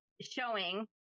showing